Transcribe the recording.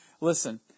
listen